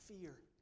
fear